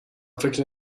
فکر